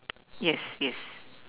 yes yes